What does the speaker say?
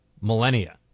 millennia